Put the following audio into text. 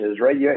right